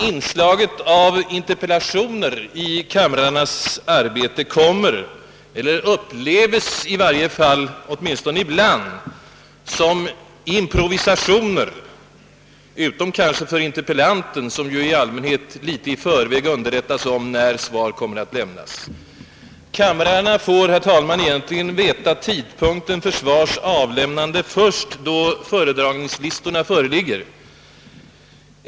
Inslaget av interpellationer i kamrarnas arbete upplevs emellertid, åtminstone ibland, som improvisationer, utom kanske av interpellanten, som i allmänhet litet i förväg underrättas om när svar kommer att lämnas. Kamrarna får, herr talman, vanligen veta tidpunkten för svars avlämnande först då föredragningslistorna föreligger.